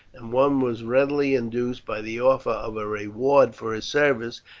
and one was readily induced, by the offer of a reward for his service,